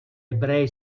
ebrei